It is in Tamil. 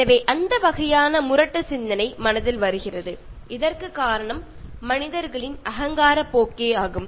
எனவே அந்த வகையான முரட்டு சிந்தனை மனதில் வருகிறது இதற்குக் காரணம் மனிதர்களின் அகங்காரப் போக்கே ஆகும்